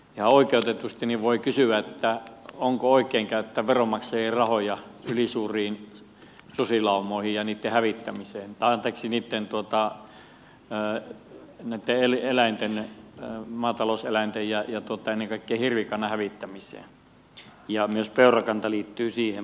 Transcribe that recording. ihan oikeutetusti voi kysyä onko oikein käyttää veronmaksajien rahoja ylisuuriin susilaumoihin ja siihen että ne hävittävät maatalouseläimiä ja ennen kaikkea hirvikantaa ja myös peurakanta liittyy siihen